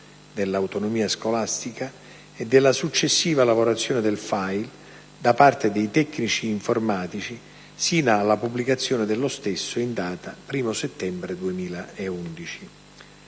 dell'autonomia scolastica e della successiva lavorazione del *file* da parte dei tecnici informatici sino alla pubblicazione dello stesso in data 1° settembre 2011.